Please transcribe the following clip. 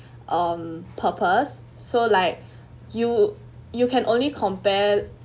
um purpose so like you you can only compare